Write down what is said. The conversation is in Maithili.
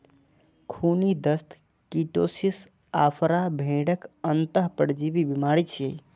खूनी दस्त, कीटोसिस, आफरा भेड़क अंतः परजीवी बीमारी छियै